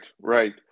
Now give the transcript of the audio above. right